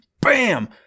Bam